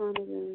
اَہن حظ